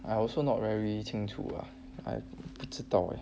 I also not very 清楚 I 不知道诶